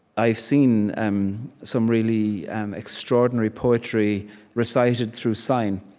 i've seen um some really extraordinary poetry recited through sign,